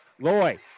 Loy